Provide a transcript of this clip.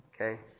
Okay